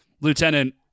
Lieutenant